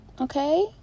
okay